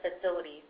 facilities